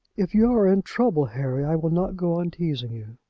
if you are in trouble, harry, i will not go on teasing you.